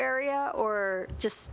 area or just